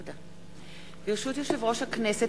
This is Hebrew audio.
ברשות יושב-ראש הכנסת,